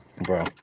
Bro